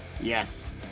Yes